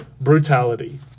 brutality